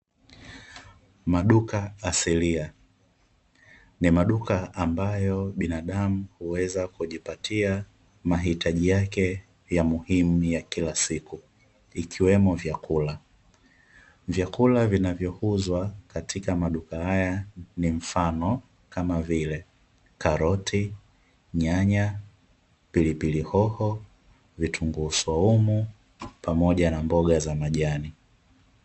Maduka asilia ni maduka ambayo binadamu huweza kujipatia mahitaji yake ya muhimu ya kila siku ikiwemo vyakula. Vyakula vinavyouzwa katika maduka haya ni mfano kama vile: karoti, nyanya, pilipili hoho, vitunguu swaumu, pamoja na mboga za majani.